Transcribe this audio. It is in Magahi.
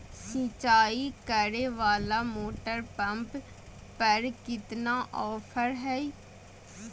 सिंचाई करे वाला मोटर पंप पर कितना ऑफर हाय?